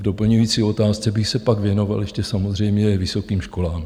V doplňující otázce bych se pak věnoval ještě samozřejmě vysokým školám.